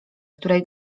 której